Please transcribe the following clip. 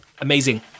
Amazing